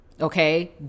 okay